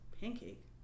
Pancake